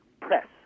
press